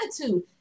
attitude